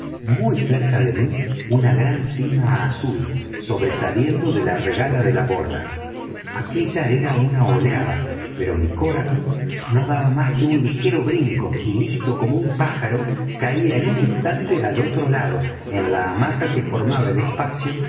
muy cerca de mí una gran cima azul sobresaliendo de la regala de la borda aquella era una oleada pero mi coracle no daba más que un ligero brinco y listo como un pájaro caía en un instante al otro lado en la hamaca que formaba el espacio